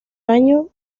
año